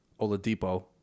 oladipo